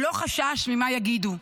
הוא לא חשש ממה יגידו.